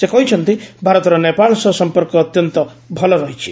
ସେ କହିଛନ୍ତି ଭାରତର ନେପାଳ ସହ ସମ୍ପର୍କ ଅତ୍ୟନ୍ତ ଭଲ ରହିଛି